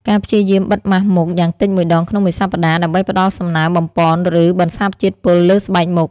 ការព្យាយាមបិទមាស់មុខយ៉ាងតិចមួយដងក្នុងមួយសប្តាហ៍ ដើម្បីផ្តល់សំណើម បំប៉ន ឬបន្សាបជាតិពុលលើស្បែកមុខ ។